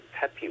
happy